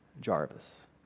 Jarvis